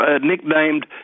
nicknamed